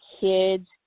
kids